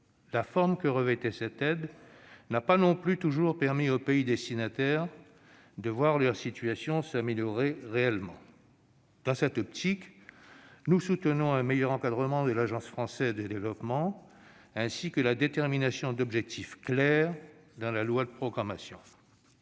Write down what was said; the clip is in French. La forme que revêtait cette aide n'a pas non plus toujours permis aux pays destinataires de voir leur situation s'améliorer réellement. Dans cette perspective, nous soutenons un meilleur encadrement de l'AFD, ainsi que la détermination d'objectifs clairs dans la loi de programmation.